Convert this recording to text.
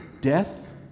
death